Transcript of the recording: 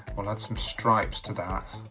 some stripes to that